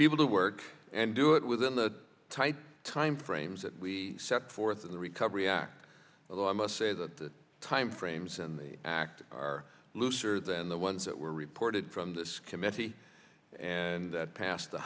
people to work and do it within the tight time frames that we set forth in the recovery act although i must say that the time frames in the act are looser than the ones that were reported from this committee and that passed the